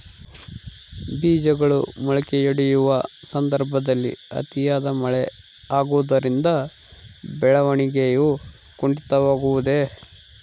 ಬೇಜಗಳು ಮೊಳಕೆಯೊಡೆಯುವ ಸಂದರ್ಭದಲ್ಲಿ ಅತಿಯಾದ ಮಳೆ ಆಗುವುದರಿಂದ ಬೆಳವಣಿಗೆಯು ಕುಂಠಿತವಾಗುವುದೆ?